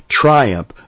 triumph